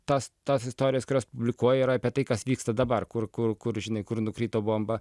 tas tos istorijos kurios publikuoja yra apie tai kas vyksta dabar kur kur kur žinai kur nukrito bomba